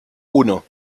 uno